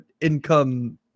income